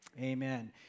Amen